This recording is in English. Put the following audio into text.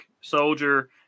soldier